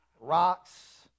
rocks